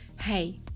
Hey